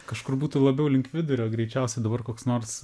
kažkur būtų labiau link vidurio greičiausiai dabar koks nors